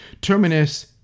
Terminus